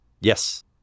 Yes